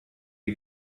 die